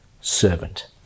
servant